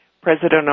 President